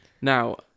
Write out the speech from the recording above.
Now